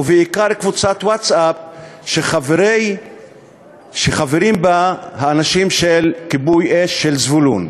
ובעיקר קבוצת ווטסאפ שחברים בה האנשים של כיבוי אש זבולון.